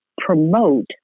promote